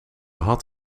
had